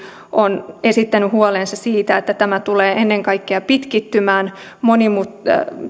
esittänyt huolensa siitä että tämä tulee ennen kaikkea pitkittymään